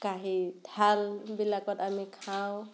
কাঁহী থালবিলাকত আমি খাওঁ